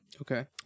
Okay